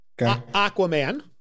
Aquaman